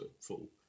full